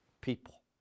people